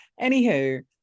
Anywho